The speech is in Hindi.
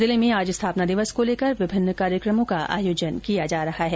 जिले में आज स्थापना दिवस को लेकर विभिन्न कार्यक्रमों का आयोजन किया जा रहा है